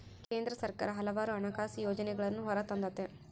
ಕೇಂದ್ರ ಸರ್ಕಾರ ಹಲವಾರು ಹಣಕಾಸು ಯೋಜನೆಗಳನ್ನೂ ಹೊರತಂದತೆ